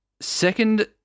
second